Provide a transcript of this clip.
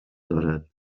دارد